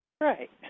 Right